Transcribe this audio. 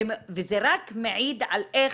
וזה רק מעיד על איך